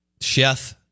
chef